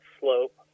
slope